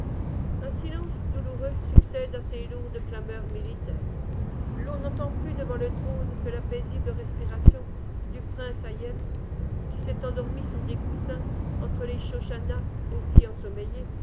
un silence douloureux succède à ces lourdes clameurs militaires l'on n'entend plus devant le trône que la paisible respiration du prince hayëm qui s'est endormi sur des coussins entre les schoschannas aussi ensommeillées